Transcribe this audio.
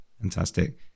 Fantastic